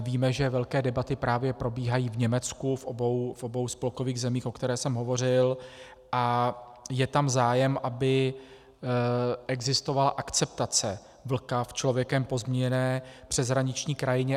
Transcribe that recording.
Víme, že velké debaty právě probíhají v Německu, v obou spolkových zemích, o kterých jsem hovořil, a je tam zájem, aby existovala akceptace vlka v člověkem pozměněné přeshraniční krajině.